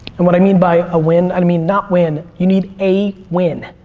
and what i mean by a win i mean not win you need a win.